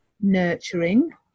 nurturing